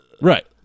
Right